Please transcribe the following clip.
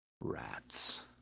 Rats